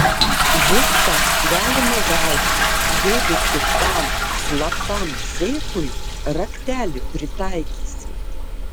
viską galima gauti jeigu tik tam slaptam seifui raktelį pritaikysi